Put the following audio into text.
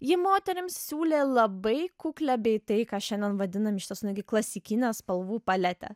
ji moterims siūlė labai kuklią bei tai ką šiandien vadinam iš tiesų netgi klasikinę spalvų paletę